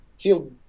feel